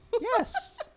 Yes